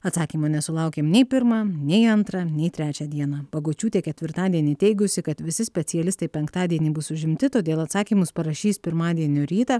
atsakymų nesulaukėm nei pirmą nei antrą nei trečią dieną bagočiūtė ketvirtadienį teigusi kad visi specialistai penktadienį bus užimti todėl atsakymus parašys pirmadienio rytą